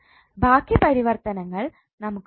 ബാക്കി പരിവർത്തനങ്ങൾ നമുക്ക് ചെയ്യാം